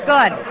Good